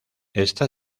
está